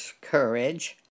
courage